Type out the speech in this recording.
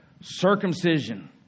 circumcision